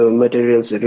materials